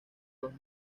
los